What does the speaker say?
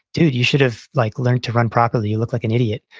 dude, you should have like learned to run properly. you look like an idiot.